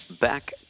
back